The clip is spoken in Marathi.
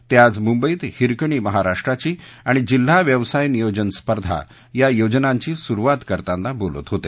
ते आज मुंबईत हिरकणी महाराष्ट्राची आणि जिल्हा व्यवसाय नियोजन स्पर्धा या योजनांची सुरुवात करताना बोलत होते